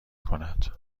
کند